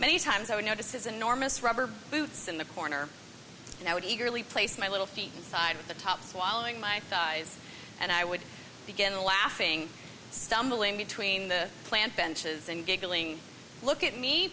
many times i would notice his enormous rubber boots in the corner and i would eagerly place my little feet side with the top swallowing my thighs and i would begin laughing stumbling between the plant benches and giggling look at me